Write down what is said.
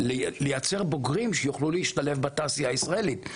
לייצר בוגרים שיוכלו להשתלב בתעשייה הישראלית.